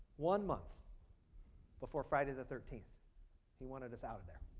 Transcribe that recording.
one month before friday thirteenth he wanted us out of there.